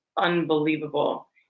unbelievable